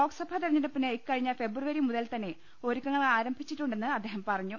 ലോക്സഭാ തെരഞ്ഞെടുപ്പിന് ഇക്കഴിഞ്ഞ ഫെബ്രുവരി മുതൽ തന്നെ ഒരുക്കങ്ങളാരംഭിച്ചിട്ടുണ്ടെന്ന് അദ്ദേഹം പറഞ്ഞു